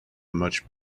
much